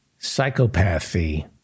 Psychopathy